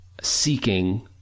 seeking